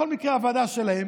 בכל מקרה הוועדה שלהם,